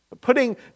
putting